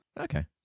Okay